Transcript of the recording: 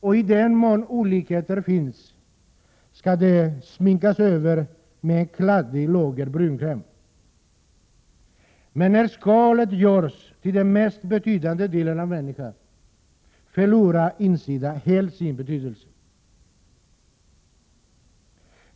Och i den mån olikheter finns skall de sminkas över med ett kladdigt lager brunkräm. Men när skalet görs till den mest betydande delen av människan förlorar insidan helt sin betydelse.